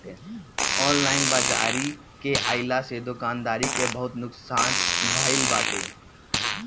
online बाजारी के आइला से दुकानदारी के बहुते नुकसान भईल बाटे